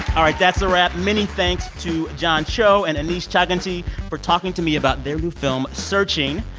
all right, that's a wrap. many thanks to john cho and aneesh chaganty for talking to me about their new film searching.